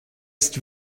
ist